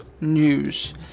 news